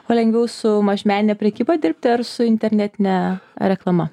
o lengviau su mažmenine prekyba dirbti ar su internetine reklama